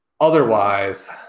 otherwise